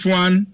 one